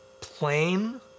plain